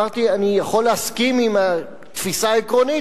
אמרתי: אני יכול להסכים עם התפיסה העקרונית,